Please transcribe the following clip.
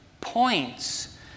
points